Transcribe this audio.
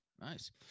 Nice